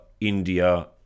India